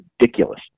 ridiculous